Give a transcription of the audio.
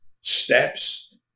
steps